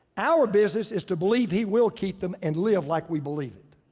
our business is to believe he will keep them and live like we believe it.